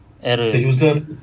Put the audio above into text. error eh